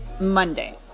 Monday